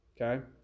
Okay